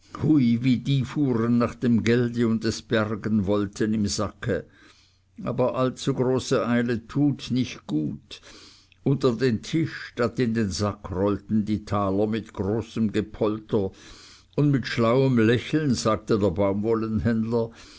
wie die fuhren nach dem gelde und es bergen wollten im sacke aber allzu große eile tut nicht gut unter den tisch statt in den sack rollten die taler mit großem gepolter und mit schlauem lächeln sagte der